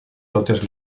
totes